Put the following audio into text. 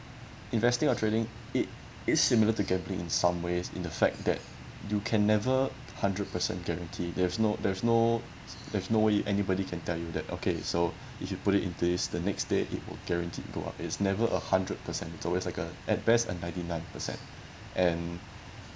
investing or trading it is similar to gambling in some ways in the fact that you can never hundred percent guarantee there's no there's no there's no way anybody can tell you that okay so if you put it into this the next day it will guarantee to go up it's never a hundred percent it's always like uh at best a ninety nine percent and